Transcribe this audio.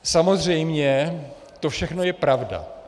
Samozřejmě to všechno je pravda.